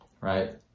right